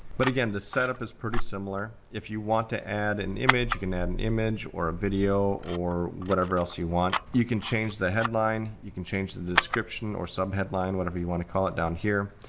but again, the setup is pretty similar. if you want to add an image, you can add an image, or a video, or whatever else you want. you can change the headline. you can change the description or sub-headline, whatever you wanna call it down here.